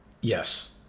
Yes